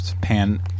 Pan